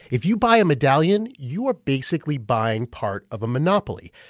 if you buy a medallion, you are basically buying part of a monopoly.